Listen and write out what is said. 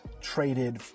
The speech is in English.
traded